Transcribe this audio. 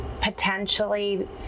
potentially